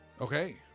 Okay